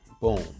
Boom